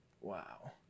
wow